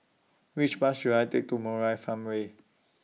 Which Bus should I Take to Murai Farmway